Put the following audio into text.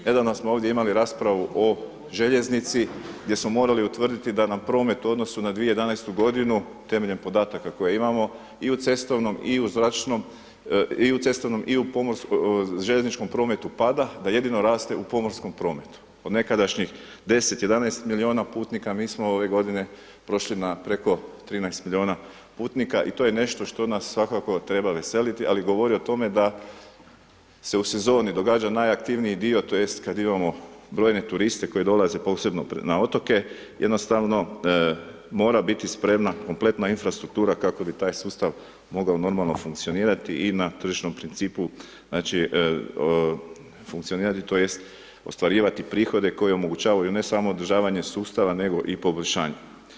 Nedavno smo ovdje imali raspravu o željeznici gdje smo morali utvrditi da nam promet u odnosu na 2011.g., temeljem podataka koje imamo, i u cestovnom, i u željezničkom prometu pada, da jedino raste u pomorskom prometu, od nekadašnjih 10, 11 milijuna putnika, mi smo ove godine prošli na preko 13 milijuna putnika i to je nešto što nas svakako treba veseliti, ali govori o tome da se u sezoni događa najaktivniji dio tj. kad imamo brojne turiste koji dolaze, posebno na otoke, jednostavno mora biti spremna kompletna infrastruktura, kako bi taj sustav mogao normalno funkcionirati i na tržišnom principu, znači, funkcionirati tj. ostvarivati prihode koji omogućavaju, ne samo održavanje sustava, nego i poboljšanje.